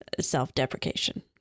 self-deprecation